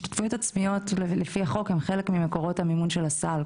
השתתפויות עצמיות הן חלק ממקורות המימון של הסל.